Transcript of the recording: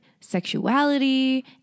sexuality